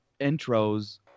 intros